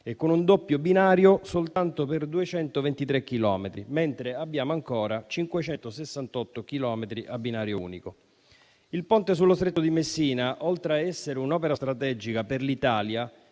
e con un doppio binario soltanto per 223 chilometri, mentre abbiamo ancora 568 chilometri a binario unico. Il ponte sullo Stretto di Messina, oltre a essere un'opera strategica per l'Italia,